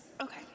Okay